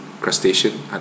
crustacean